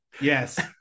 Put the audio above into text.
Yes